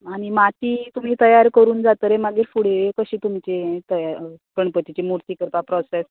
आनी माती तुमी तयार करून जातरी मागीर फुडें कशे तुमचे तया गणपतीची मुर्ती करपा प्रॉसेस